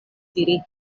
diri